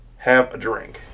have a drink!